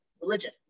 religion